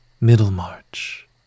Middlemarch